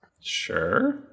Sure